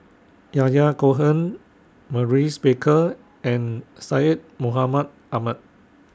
Yahya Cohen Maurice Baker and Syed Mohamed Ahmed